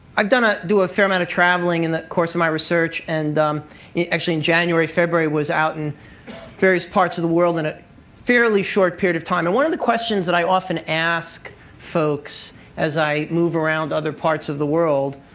i ah do a fair amount of traveling in the course of my research. and actually, in january, february, was out in various parts of the world in a fairly short period of time. and one of the questions that i often ask folks as i move around other parts of the world,